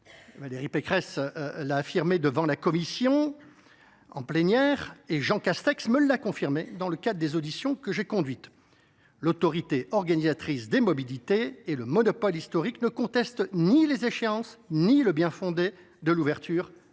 Valérie Pécresse l’a affirmé en réunion plénière de la commission, et Jean Castex me l’a confirmé dans le cadre des auditions que j’ai conduites : l’autorité organisatrice des mobilités et le monopole historique ne contestent ni les échéances ni le bien fondé de l’ouverture